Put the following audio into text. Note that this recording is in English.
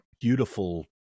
beautiful